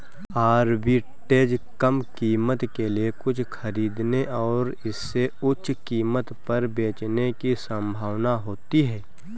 arbitrage कम कीमत के लिए कुछ खरीदने और इसे उच्च कीमत पर बेचने की संभावना होती है